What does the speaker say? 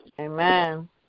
Amen